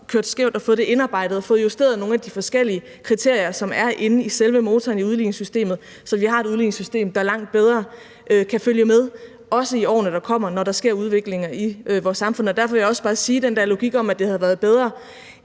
kørt skævt, og fået det indarbejdet og fået justeret nogle af de forskellige kriterier, som er inde i selve motoren i udligningssystemet, så vi har et udligningssystem, der langt bedre kan følge med, også i årene, der kommer, når der sker udviklinger i vores samfund. Derfor vil jeg også bare sige, at den der logik om, at det havde været bedre